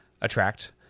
attract